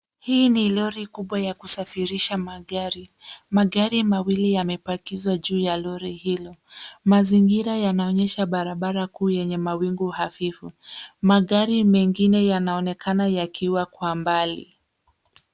Hii ni lori kubwa ya kusafirisha magari. Magari mawili yamepakizwa juu ya lori hilo. Mazingira yanaonyesha barabara kuu yenye mawingu hafifu. Magari mengine yanaonekana yakiwa kwa mbali.